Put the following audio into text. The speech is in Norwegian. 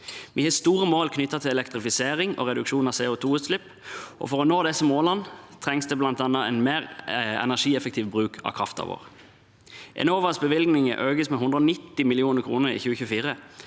Vi har store mål knyttet til elektrifisering og reduksjon av CO2-utslipp. For å nå disse målene trengs det bl.a. en mer energieffektiv bruk av kraften vår. Enovas bevilgninger økes med 190 mill. kr i 2024,